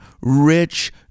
rich